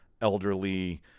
elderly